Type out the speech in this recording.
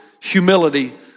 humility